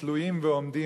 תלויים ועומדים,